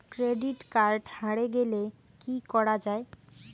Credit card হারে গেলে কি করা য়ায়?